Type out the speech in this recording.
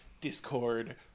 Discord